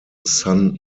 san